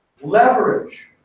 leverage